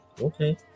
Okay